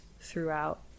throughout